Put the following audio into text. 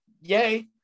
Yay